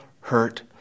hurt